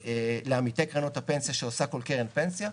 לעמיתי קרנות הפנסיה שעושה כל קרן פנסיה.